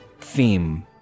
theme